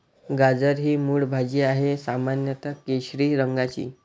गाजर ही मूळ भाजी आहे, सामान्यत केशरी रंगाची